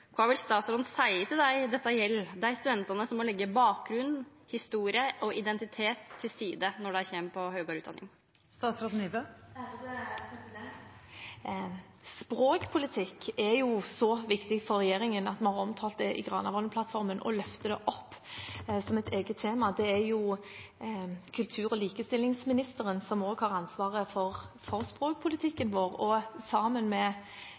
kva vil statsråden seia til dei dette gjeld, dei studentane som må leggja bakgrunn, historie og identitet til side når dei begynner på høgare utdanning? Språkpolitikk er så viktig for regjeringen at vi har omtalt det i Granavolden-plattformen og løftet det opp som et eget tema. Det er kultur- og likestillingsministeren som også har ansvaret for språkpolitikken vår, og sammen med